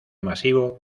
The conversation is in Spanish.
masivo